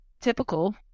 typical